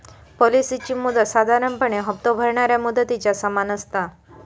पॉलिसीची मुदत साधारणपणे हप्तो भरणाऱ्या मुदतीच्या समान असता